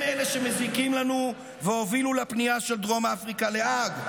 הם אלה שמזיקים לנו והובילו לפנייה של דרום אפריקה להאג,